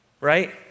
Right